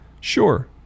Sure